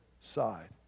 side